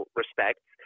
respects